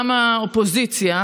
גם מהאופוזיציה,